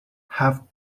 have